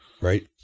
right